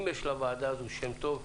אם יש לוועדה הזו שם טוב,